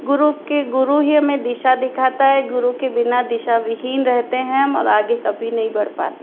गुरु के गुरु ही हमें दिशा दिखाता है गुरु के बिना दिशा विहीन रहते हैं हम और आगे कभी नहीं बढ़ पाते